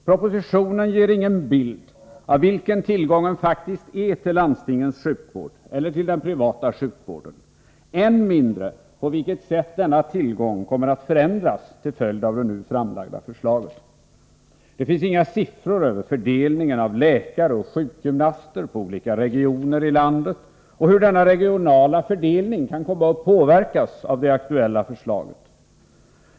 Propositionen ger ingen bild av hurdan tillgången faktiskt är till landstingens sjukvård eller till den privata sjukvården — än mindre på vilket sätt denna tillgång kommer att förändras till följd av det nu framlagda förslaget. Det finns inga siffror över fördelningen av läkare och sjukgymnaster på olika regioner i landet och hur denna regionala fördelning kan komma att påverkas av det aktuella förslaget.